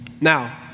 Now